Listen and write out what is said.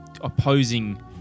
opposing